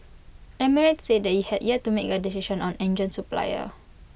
emirates said IT had yet to make A decision on engine supplier